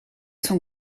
son